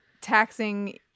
taxing